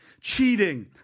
Cheating